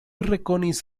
rekonis